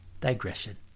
Digression